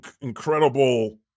incredible